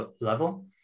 level